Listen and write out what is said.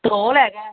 ਢੋਲ ਹੈਗਾ